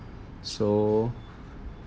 so